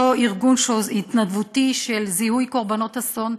אותו ארגון התנדבותי של זיהוי קורבנות אסון,